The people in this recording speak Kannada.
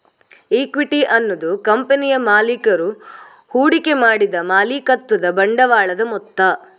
ಇಕ್ವಿಟಿ ಅನ್ನುದು ಕಂಪನಿಯ ಮಾಲೀಕರು ಹೂಡಿಕೆ ಮಾಡಿದ ಮಾಲೀಕತ್ವದ ಬಂಡವಾಳದ ಮೊತ್ತ